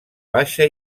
baixa